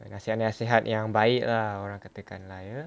err nasihat nasihat yang baik lah orang katakan lah ya